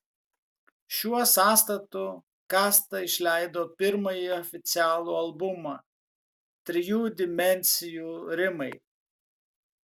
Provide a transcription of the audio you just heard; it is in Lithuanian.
šiuo sąstatu kasta išleido pirmąjį oficialų albumą trijų dimensijų rimai